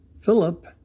Philip